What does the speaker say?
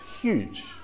Huge